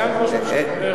איפה?